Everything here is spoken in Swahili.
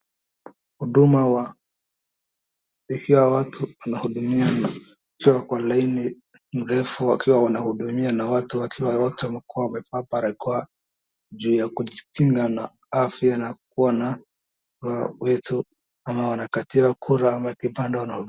Huduma wa ikiwa watu wanahudumiwa kwa laini mrefu wakikiwa wanahudumiwa na watu wakiwa wamevaa barakoa juu ya kujikinga na afya na kuwa na ama wanapatiwa kura ama kipande.